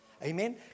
Amen